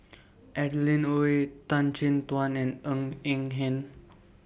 Adeline Ooi Tan Chin Tuan and Ng Eng Hen